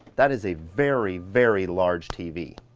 that is a very, very large tv.